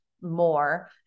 more